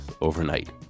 overnight